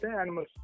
animals